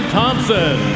Thompson